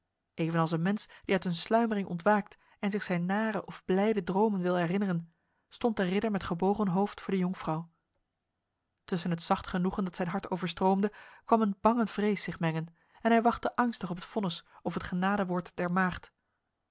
evenals een mens die uit een sluimering ontwaakt en zich zijn nare of blijde dromen wil herinneren stond de ridder met gebogen hoofd voor de jonkvrouw tussen het zacht genoegen dat zijn hart overstroomde kwam een bange vrees zich mengen en hij wachtte angstig op het vonnis of het genadewoord der maagd